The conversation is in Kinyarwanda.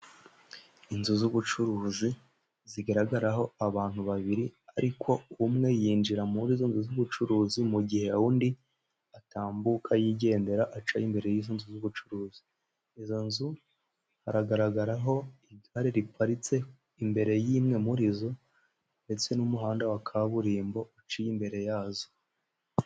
Inzu z'ubucuruzi zigaragaraho abantu babiri, ariko umwe yinjira muri zo nzu z'ubucuruzi, mu gihe undi atambuka yigendera aca imbere y'izo nzu z'ubucuruzi. Izo nzu hagaragaraho igare riparitse imbere y'imwe muri zo, ndetse n'umuhanda wa kaburimbo uciye imbere yazo.